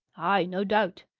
ay no doubt.